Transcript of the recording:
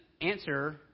answer